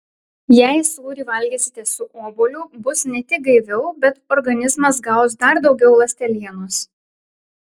jei sūrį valgysite su obuoliu bus ne tik gaiviau bet organizmas gaus dar daugiau ląstelienos